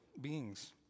beings